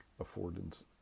affordance